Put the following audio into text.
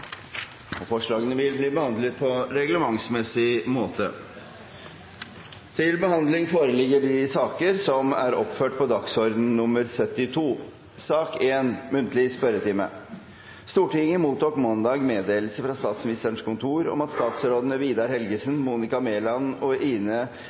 Forslagene vil bli behandlet på reglementsmessig måte. Stortinget mottok mandag meddelelse fra Statsministerens kontor om at statsrådene Vidar Helgesen, Monica Mæland og Ine M. Eriksen Søreide vil møte til muntlig spørretime.